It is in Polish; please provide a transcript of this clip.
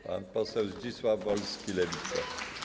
Pan poseł Zdzisław Wolski, Lewica.